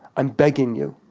i'm begging you.